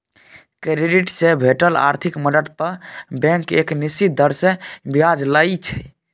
credit से भेटल आर्थिक मदद पर बैंक एक निश्चित दर से ब्याज लइ छइ